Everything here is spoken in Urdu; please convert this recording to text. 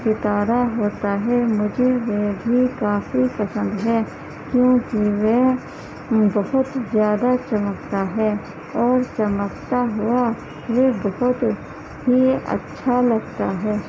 ستارہ ہوتا ہے مجھے وہ بھی کافی پسند ہے کیوں کہ وہ بہت زیادہ چمکتا ہے اور چمکتا ہوا وہ بہت ہی اچھا لگتا ہے